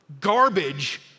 garbage